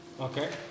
Okay